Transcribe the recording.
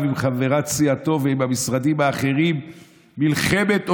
רב עם חברת סיעתו ועם המשרדים האחרים מלחמת עולם,